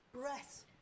breath